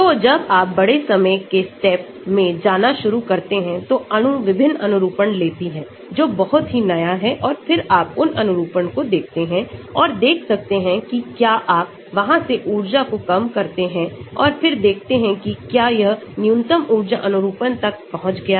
तो जब आप बड़े समय के स्टेप में जाना शुरू करते हैं तो अणु विभिन्न अनुरूपण लेती है जो बहुत ही नया हैं और फिर आप उन अनुरूपण को देखते हैं और देख सकते हैं कि क्या आप वहां से ऊर्जा को कम करते हैं और फिर देखते हैं कि क्या यह न्यूनतम ऊर्जा अनुरूपण तक पहुंच गया है